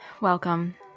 Welcome